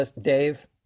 Dave